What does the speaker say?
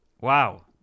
Wow